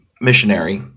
missionary